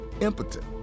impotent